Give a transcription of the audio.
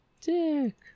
dick